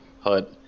hut